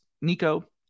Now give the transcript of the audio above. Nico